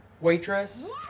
waitress